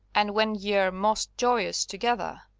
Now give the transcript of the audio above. and, when ye are most joyous together,